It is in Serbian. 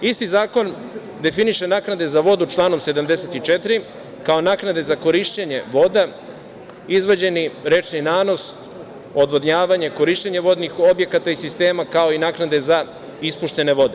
Isti zakon definiše naknade za vodu članom 74. kao naknade za korišćenje voda, izvađeni rečni nanos, odvodnjavanje, korišćenje vodnih objekata i sistema, kao i naknade za ispuštanje vode.